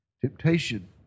temptation